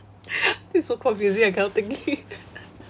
this is so confusing I cannot take it